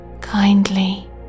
kindly